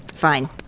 Fine